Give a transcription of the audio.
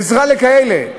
עזרה לכאלה.